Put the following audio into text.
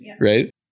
right